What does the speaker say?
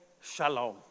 Shalom